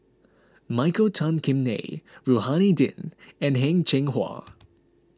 Michael Tan Kim Nei Rohani Din and Heng Cheng Hwa